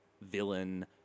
villain